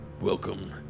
Welcome